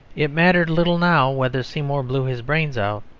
it mattered little now whether seymour blew his brains out,